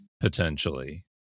potentially